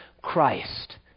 Christ